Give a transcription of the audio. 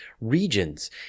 regions